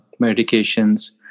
medications